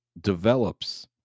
develops